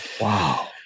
Wow